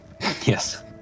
Yes